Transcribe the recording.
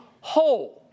whole